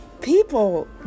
people